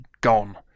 gone